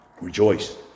Rejoice